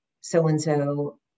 so-and-so